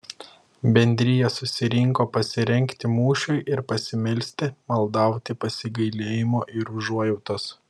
bendrija susirinko pasirengti mūšiui ir pasimelsti maldauti pasigailėjimo ir užuojautos